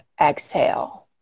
exhale